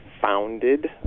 founded